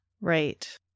Right